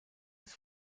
des